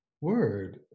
word